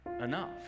enough